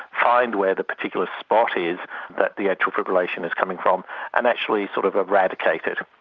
find where the particular spot is that the atrial fibrillation is coming from and actually sort of eradicate it.